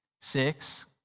Six